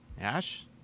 Ash